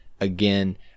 again